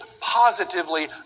positively